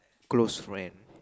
close friend